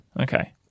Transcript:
Okay